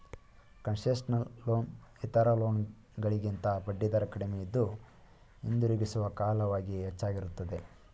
concessional loan ಇತರ loan ಗಳಿಗಿಂತ ಬಡ್ಡಿದರ ಕಡಿಮೆಯಿದ್ದು, ಹಿಂದಿರುಗಿಸುವ ಕಾಲವಾಗಿ ಹೆಚ್ಚಾಗಿರುತ್ತದೆ